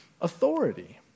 authority